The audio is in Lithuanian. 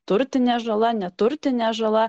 turtinė žala neturtinė žala